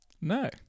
No